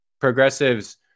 Progressives